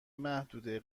محدوده